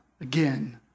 again